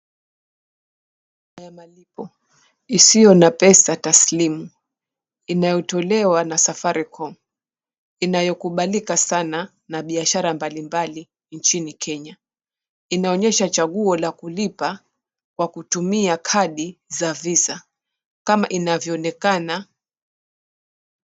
Huduma ya malipo isiyo na pesa taslimu inayotolewa na Safaricom inayokubalika sana na biashara mbalimbali nchini Kenya. Inaonyesha chaguo la kulipa kwa kutumia kadi za visa.